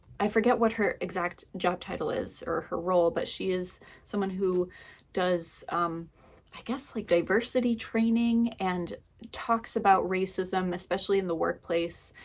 i forget what her exact job title is or her role, but she is someone who does i guess like diversity training and talks about racism, especially in the workplace.